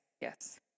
Yes